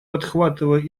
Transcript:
подхватывая